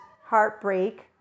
heartbreak